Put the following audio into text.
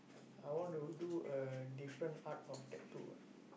I want to do a different art of tattoo ah